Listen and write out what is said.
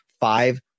five